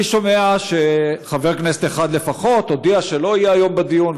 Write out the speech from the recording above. אני שומע שחבר כנסת אחד לפחות הודיע שלא יהיה היום בדיון,